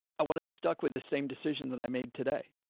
i want to be stuck with the same decision that i made today.